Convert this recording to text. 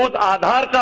ah da da da